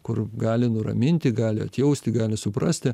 kur gali nuraminti gali atjausti gali suprasti